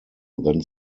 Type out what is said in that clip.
then